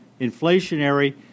inflationary